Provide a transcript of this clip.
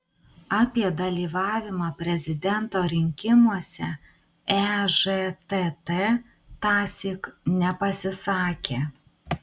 apie dalyvavimą prezidento rinkimuose ežtt tąsyk nepasisakė